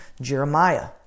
Jeremiah